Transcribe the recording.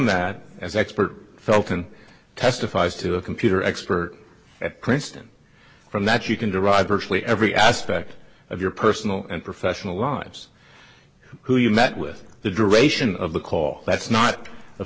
that as expert felton testifies to a computer expert at princeton from that you can derive virtually every aspect of your personal and professional lives who you met with the duration of the call that's not of